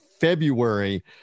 February